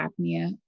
apnea